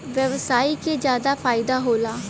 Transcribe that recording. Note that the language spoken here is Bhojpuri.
व्यवसायी के जादा फईदा होला